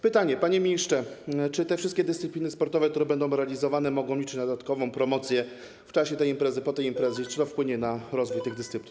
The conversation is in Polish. Pytanie, panie ministrze, czy te wszystkie dyscypliny sportowe, które będą realizowane, mogą liczyć na dodatkową promocję w czasie tej imprezy, po tej imprezie i czy to wpłynie na rozwój tych dyscyplin.